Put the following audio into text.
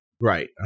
Right